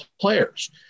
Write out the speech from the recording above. players